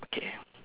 okay